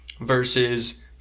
versus